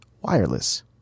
wireless